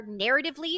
narratively